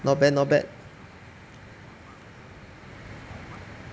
not bad not bad